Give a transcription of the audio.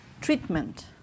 treatment